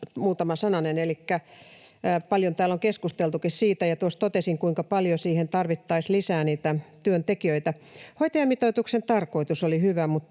Paljon täällä on keskusteltukin siitä, ja tuossa totesin, kuinka paljon siihen tarvittaisiin lisää niitä työntekijöitä. Hoitajamitoituksen tarkoitus oli hyvä,